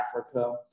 Africa